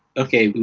okay,